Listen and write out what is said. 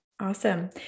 Awesome